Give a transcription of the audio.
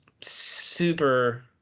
super